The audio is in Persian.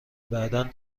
بعدا